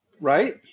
right